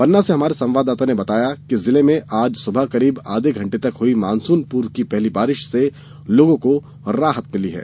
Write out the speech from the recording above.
पन्ना से हमारे संवाददाता ने बताया है कि जिले में आज सुबह करीब आधे घंटे तक हुई मानसून पूर्व की पहली बारिश से लोगों को राहत मिली है